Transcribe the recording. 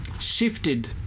shifted